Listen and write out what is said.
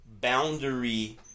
boundary